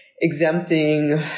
exempting